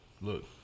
look